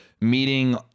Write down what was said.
meeting